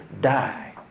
die